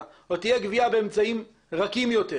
או תהיה גבייה באמצעים רכים יותר,